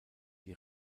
die